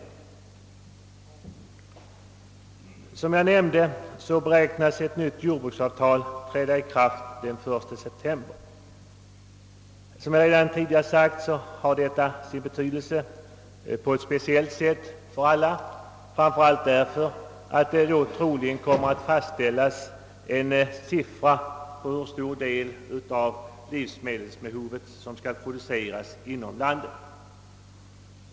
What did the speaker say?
Som jag nämnde beräknas ett nytt jordbruksavtal träda i kraft den 1 september i år. Jag har också redan tidigare sagt, att detta har sin speciella betydelse, framför allt därför att en siffra om hur stor del av livsmedelsbehovet, som skall produceras inom landet, troligen kommer att fastställas.